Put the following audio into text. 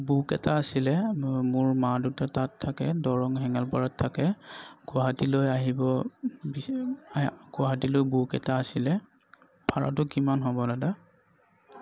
book এটা আছিলে মোৰ মোৰ মা দেউতা তাত থাকে দৰং হেঙালপাৰাত থাকে গুৱাহাটীলৈ আহিব গুৱাহাটীলৈ বুক এটা আছিলে ভাড়াটো কিমান হ'ব দাদা